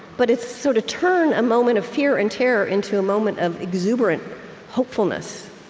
but it's sort of turn a moment of fear and terror into a moment of exuberant hopefulness.